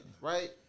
right